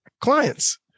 clients